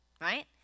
right